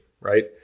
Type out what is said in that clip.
right